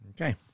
Okay